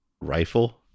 rifle